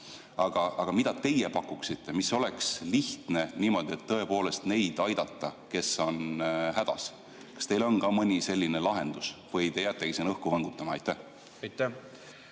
Mida teie pakuksite, mis oleks lihtne, et tõepoolest aidata neid, kes on hädas? Kas teil on ka mõni selline lahendus või te jäätegi siin õhku võngutama? Aitäh sõna